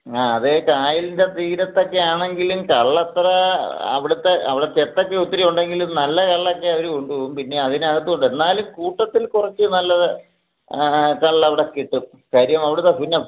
ആ അതെ കായലിന്റെ തീരത്തൊക്കെ ആണെങ്കിലും കള്ള് അത്ര അവിടുത്തെ അവിടെ ചെത്തൊക്കെ ഒത്തിരി ഉണ്ടെങ്കിലും നല്ല കള്ളൊക്കെ അവർ കൊണ്ടുപോകും പിന്നെ അതിനകത്തും ഉണ്ട് എന്നാലും കൂട്ടത്തില് കുറച്ച് നല്ലത് കള്ള് അവിടെ കിട്ടും കാര്യം അവിടുത്തെ പിന്നെ